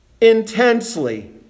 intensely